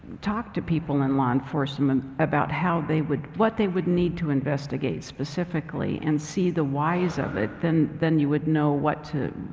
talked to people in law enforcement about how they would, what they would need to investigate specifically and see the whys of it then then you would know what to,